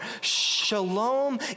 Shalom